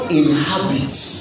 inhabits